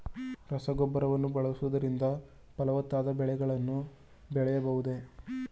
ರಸಗೊಬ್ಬರಗಳನ್ನು ಬಳಸುವುದರಿಂದ ಫಲವತ್ತಾದ ಬೆಳೆಗಳನ್ನು ಬೆಳೆಯಬಹುದೇ?